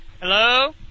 Hello